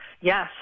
Yes